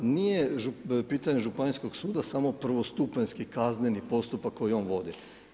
Nije pitanje županijskog suda samo prvostupanjski kazneni postupak koji on vodi.